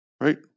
right